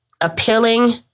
appealing